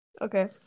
Okay